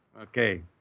Okay